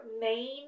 main